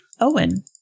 Owen